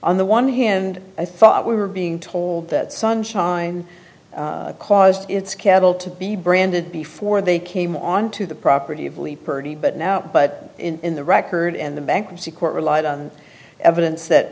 on the one hand i thought we were being told that sunshine caused its cattle to be branded before they came onto the property of lee purdy but now but in the record and the bankruptcy court relied on evidence that